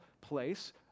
place